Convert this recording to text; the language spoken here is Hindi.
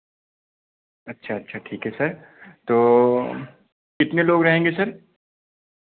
अच्छा अच्छा ठीक है सर तो कितने लोग रहेंगे सर